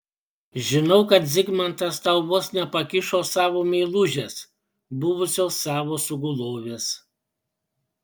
žinau kad zigmantas tau vos nepakišo savo meilužės buvusios savo sugulovės